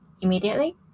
immediately